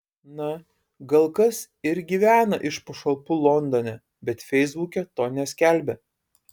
na gal kas ir gyvena iš pašalpų londone bet feisbuke to neskelbia